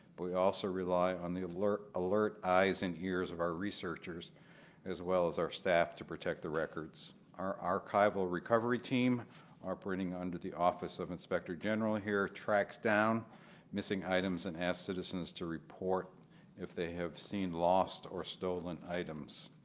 we also rely on the alert alert eyes and ears of our researchers as well as our staff to protect the records. our archival recovery team operating under the office of inspector general here tracks down missing items and asks citizens to report if they have seen lost or stolen items.